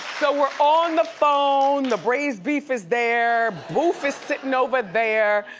so we're on the phone. the braised beef is there. boof is sitting over there.